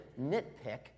nitpick